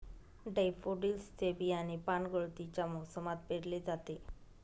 daffodils चे बियाणे पानगळतीच्या मोसमात पेरले जाते